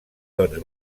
doncs